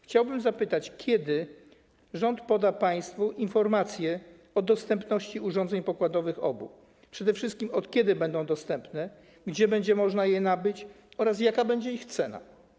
Chciałbym zapytać, kiedy rząd poda informację na temat dostępności urządzeń pokładowych OBU, przede wszystkim od kiedy będą one dostępne, gdzie będzie można je nabyć oraz jaka będzie ich cena.